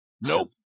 Nope